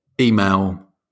Email